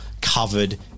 covered